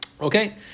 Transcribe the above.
Okay